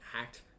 act